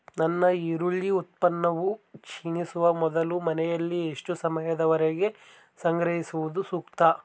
ನನ್ನ ಈರುಳ್ಳಿ ಉತ್ಪನ್ನವು ಕ್ಷೇಣಿಸುವ ಮೊದಲು ಮನೆಯಲ್ಲಿ ಎಷ್ಟು ಸಮಯದವರೆಗೆ ಸಂಗ್ರಹಿಸುವುದು ಸೂಕ್ತ?